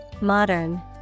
Modern